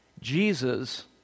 Jesus